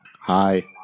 Hi